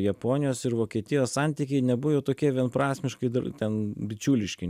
japonijos ir vokietijos santykiai nebuvo jau tokie vienprasmiškai dar ten bičiuliški